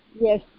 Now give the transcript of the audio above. Yes